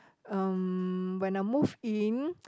um when I move in